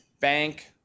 bank